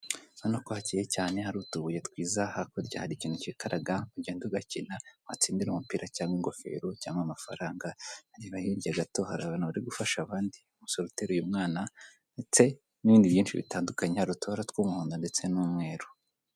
Urabona ko hakeye cyane hari utubuye twiza hakurya hari ikintu cyikaraga ugenda ugakina watsindira umupira cyangwa ingofero cyangwa amafaranga, hanyuma hirya gato hari abantu bari gufasha abandi, umusore uteruye umwana ndetse n'ibindi byinshi bitandukanye hari utibara tw'umuhondo ndetse n'umweru.